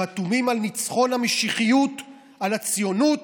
חתומים על ניצחון המשיחיות על הציונות,